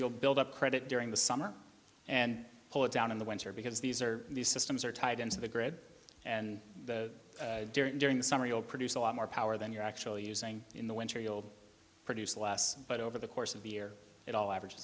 you'll build up credit during the summer and pull it down in the winter because these are these systems are tied into the grid and during during the summer you'll produce a lot more power than you're actually using in the winter you will produce less but over the course of the year it all average